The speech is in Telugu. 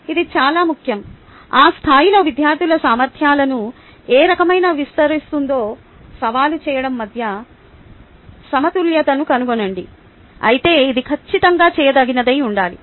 ఇది చాలా ముఖ్యం ఆ స్థాయిలో విద్యార్థుల సామర్థ్యాలను ఏ రకమైన విస్తరిస్తుందో సవాలు చేయడం మధ్య సమతుల్యతను కనుగొనండి అయితే ఇది ఖచ్చితంగా చేయదగినదై ఉండాలి